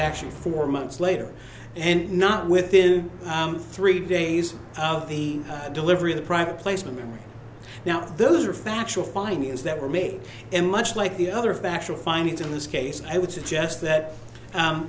actually four months later and not within three days of the delivery of the private placement now those are factual findings that were made and much like the other factual findings in this case i would suggest that